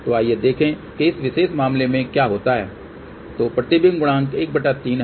तो आइए देखें कि इस विशेष मामले में क्या होता है तो प्रतिबिंब गुणांक 13 है